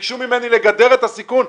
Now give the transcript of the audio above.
ביקשו ממני לגדר את הסיכון.